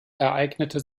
ereignete